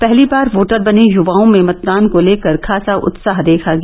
पहली बार वोटर बने युवाओं में मतदान को लेकर खास उत्साह देखा गया